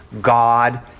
God